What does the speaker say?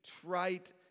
trite